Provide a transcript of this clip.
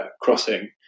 crossing